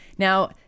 Now